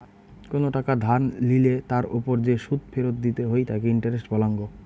কোনো টাকা ধার লিলে তার ওপর যে সুদ ফেরত দিতে হই তাকে ইন্টারেস্ট বলাঙ্গ